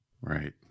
Right